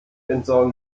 entsorgen